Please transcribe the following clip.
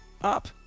up